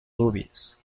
louis